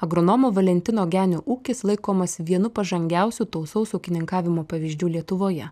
agronomo valentino genio ūkis laikomas vienu pažangiausių tausaus ūkininkavimo pavyzdžių lietuvoje